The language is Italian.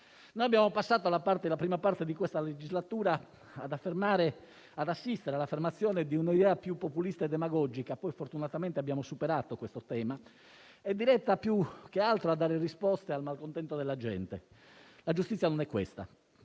Abbiamo passato la prima parte di questa legislatura ad assistere all'affermazione di un'idea più populista e demagogica (poi fortunatamente abbiamo superato questo tema), diretta più che altro a dare risposte al malcontento della gente. La giustizia non è questa;